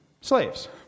slaves